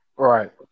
Right